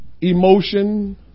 emotion